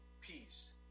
peace